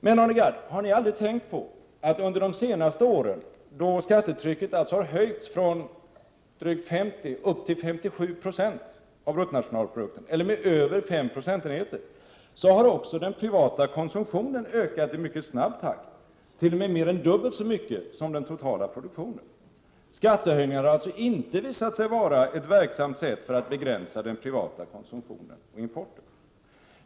Men, Arne Gadd, har ni aldrig tänkt på att under de senaste åren, då skattebördan alltså har höjts från drygt 50 upp till 57 90 av bruttonationalprodukten eller med över 5 procentenheter, har också den privata konsumtionen ökat i mycket snabbt tempo, t.o.m. mer än dubbelt så mycket som den totala produktionen? Skattehöjningar har alltså inte visat sig vara ett verksamt sätt att begränsa den privata konsumtionen och importen.